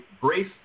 brace